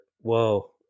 Whoa